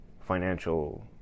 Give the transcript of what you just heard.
financial